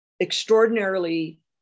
extraordinarily